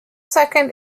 second